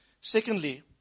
Secondly